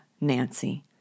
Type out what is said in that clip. Nancy